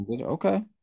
Okay